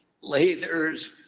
lathers